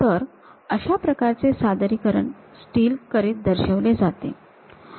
तर अशा प्रकारचे सादरीकरण स्टील करीत दर्शविले जाते